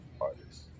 artists